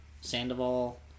Sandoval